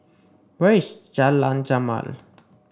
where is Jalan Jamal